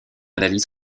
analyse